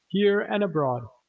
here and abroad.